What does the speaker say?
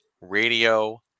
radio